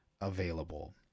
available